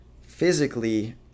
physically